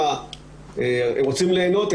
ואם רוצים ליהנות,